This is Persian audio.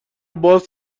باز